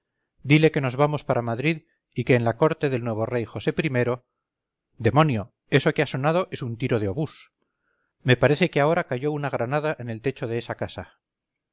dile que nos vamos para madrid y que en la corte del nuevo rey josé i demonio eso que ha sonado es un tiro de obús me parece que ahora cayó una granada en el techo de esa casa